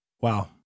Wow